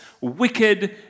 wicked